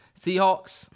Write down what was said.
Seahawks